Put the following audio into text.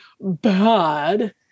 bad